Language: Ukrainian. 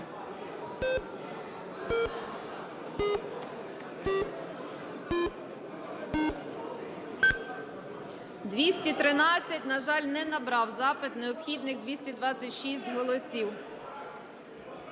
За-213 На жаль, не набрав запит необхідних 226 голосів.